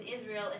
Israel